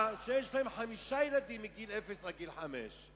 יש להן חמישה ילדים מגיל אפס עד גיל חמש.